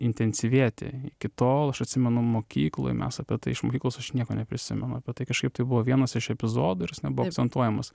intensyvėti iki tol aš atsimenu mokykloj mes apie tai iš mokyklos aš nieko neprisimenu apie tai kažkaip tai buvo vienas iš epizodų ir jis nebuvo akcentuojamas